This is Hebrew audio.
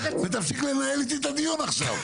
ותפסיק לנהל איתי את הדיון עכשיו.